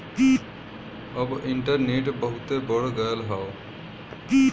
अब इन्टरनेट बहुते बढ़ गयल हौ